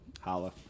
holla